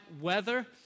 weather